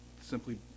simply